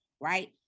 right